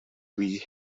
read